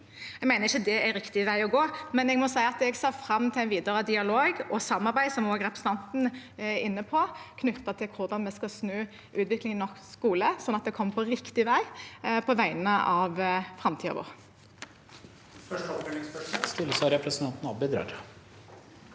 Jeg mener ikke det er riktig vei å gå, men jeg må si at jeg ser fram til videre dialog og samarbeid, som også representanten er inne på, knyttet til hvordan vi skal snu utviklingen i norsk skole, sånn at man kommer på riktig vei med tanke på framtiden vår.